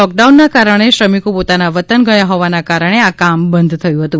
લોકડાઉનના કારણે શ્રમિકો પોતાના વતન ગયા હોવાના કારણે આ કામ બંધ થયું હતું